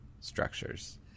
structures